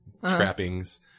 trappings